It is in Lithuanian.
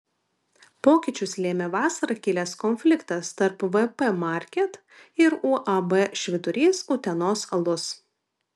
pokyčius lėmė vasarą kilęs konfliktas tarp vp market ir uab švyturys utenos alus